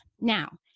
Now